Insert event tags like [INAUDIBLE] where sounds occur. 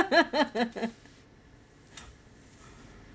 [LAUGHS]